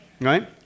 right